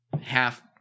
half